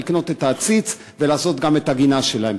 לקנות את העציץ ולעשות גם את הגינה שלהם.